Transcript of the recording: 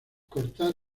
cortar